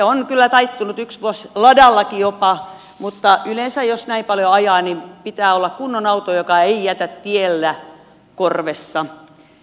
on taittunut kyllä yksi vuosi ladallakin jopa mutta yleensä jos näin paljon ajaa pitää olla kunnon auto joka ei jätä tielle korvessa